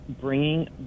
bringing